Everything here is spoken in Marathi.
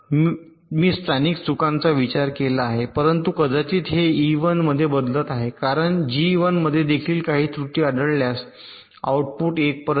म्हणून मी स्थानिक चुकांचा विचार केला आहे येथे परंतु कदाचित हे ई 1 मध्ये बदलत आहे कारण जी 1 मध्ये देखील काही त्रुटी आढळल्यास आउटपुट १ पर्यंत